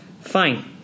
Fine